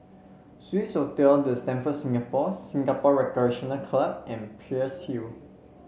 Swissotel The Stamford Singapore Singapore Recreation Club and Peirce Hill